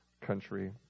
country